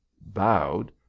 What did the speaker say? bowed